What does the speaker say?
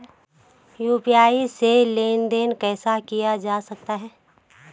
UPI से लेनदेन कैसे किया जा सकता है?